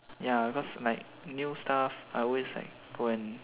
ya because like new stuff I always like go and